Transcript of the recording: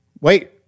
Wait